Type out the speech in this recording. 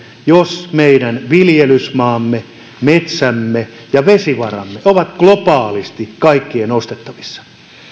jos meidän viljelysmaamme metsämme ja vesivaramme ovat globaalisti kaikkien ostettavissa